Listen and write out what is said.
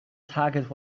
target